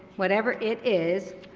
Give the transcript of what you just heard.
whatever it is.